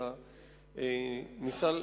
אלא ניסה,